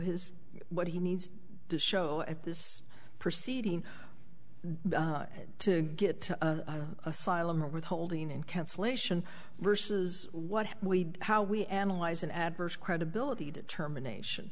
his what he needs to show at this proceeding to get asylum or withholding and cancellation versus what we how we analyze an adverse credibility determination